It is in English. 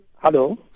Hello